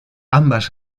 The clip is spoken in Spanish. ambas